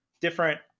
different